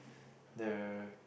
the